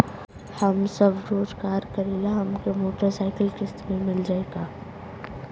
हम स्वरोजगार करीला हमके मोटर साईकिल किस्त पर मिल जाई का?